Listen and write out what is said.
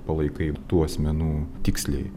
palaikai tų asmenų tiksliai